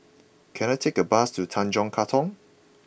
can I take a bus to Tanjong Katong